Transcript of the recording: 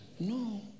No